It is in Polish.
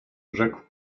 rzekł